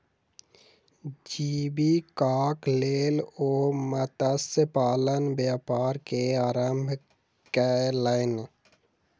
जीवीकाक लेल ओ मत्स्य पालनक व्यापार के आरम्भ केलैन